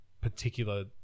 particular